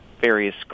various